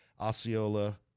Osceola